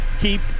Keep